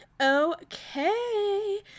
Okay